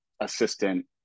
assistant